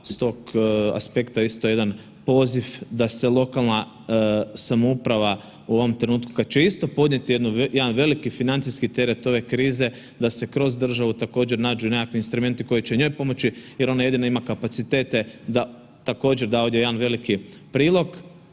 S tog aspekta isto jedan poziv da se lokalna samouprava u ovom trenutku kad će isto podnijeti jedan veliki financijski teret ove krize, da se kroz državu također, nađu nekakvi instrumenti koji će njoj pomoći jer ona jedino ima kapacitete da također, da ovdje jedan veliki prilog.